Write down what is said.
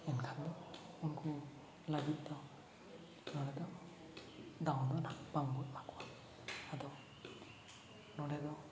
ᱮᱱᱠᱷᱟᱱ ᱫᱚ ᱩᱱᱠᱩ ᱞᱟᱹᱜᱤᱫ ᱫᱚ ᱱᱚᱰᱮ ᱫᱚ ᱫᱟᱣ ᱫᱚ ᱵᱟᱝᱵᱚᱱ ᱮᱢᱟ ᱠᱚᱣᱟ ᱟᱫᱚ ᱱᱚᱰᱮ ᱫᱚ